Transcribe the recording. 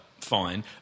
Fine